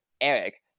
Eric